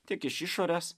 tiek iš išorės